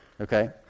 Okay